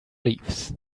leaves